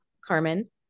Carmen